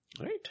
Right